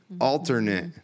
alternate